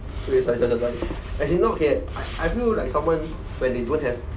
wait sorry sorry the blinds as in no okay I I feel like someone when they don't have